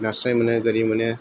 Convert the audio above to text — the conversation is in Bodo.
नास्राय मोनो गोरि मोनो